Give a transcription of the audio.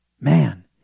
Man